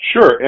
Sure